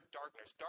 darkness